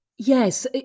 Yes